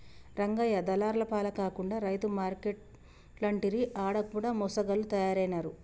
రంగయ్య దళార్ల పాల కాకుండా రైతు మార్కేట్లంటిరి ఆడ కూడ మోసగాళ్ల తయారైనారు